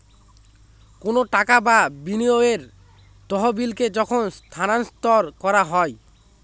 কোনো টাকা বা বিনিয়োগের তহবিলকে যখন স্থানান্তর করা হয়